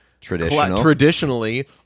traditionally